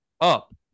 up